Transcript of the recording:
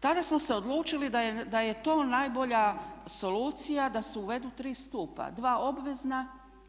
Tada smo se odlučili da je to najbolja solucija da se uvedu tri stupa, dva obvezna